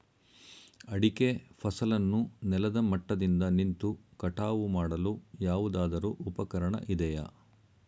ಅಡಿಕೆ ಫಸಲನ್ನು ನೆಲದ ಮಟ್ಟದಿಂದ ನಿಂತು ಕಟಾವು ಮಾಡಲು ಯಾವುದಾದರು ಉಪಕರಣ ಇದೆಯಾ?